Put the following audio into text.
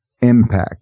impact